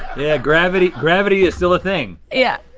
yeah, gravity gravity is still a thing. yeah,